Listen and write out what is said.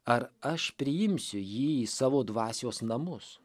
ar aš priimsiu jį į savo dvasios namus